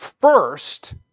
first